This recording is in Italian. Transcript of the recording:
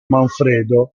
manfredo